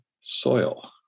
soil